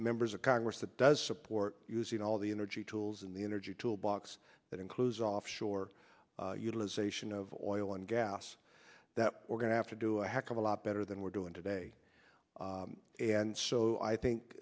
members of congress that does support using all the energy tools in the energy toolbox that includes offshore utilization of oil and gas that we're going to have to do a heck of a lot better than we're doing today and so i think